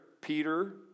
Peter